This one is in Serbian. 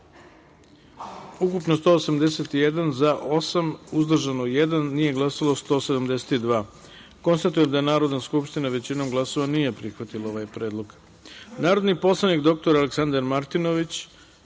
ukupno 181, za – osam, uzdržan – jedan, nije glasalo 172 poslanika. Konstatujem da Narodna skupština većinom glasova nije prihvatila ovaj predlog. Narodni poslanik dr Aleksandar Martinović